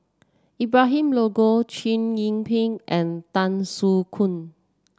Abraham Logan Chow Yian Ping and Tan Soo Khoon